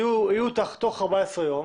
תהיה תוך 14 ימים